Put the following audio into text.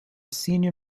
senior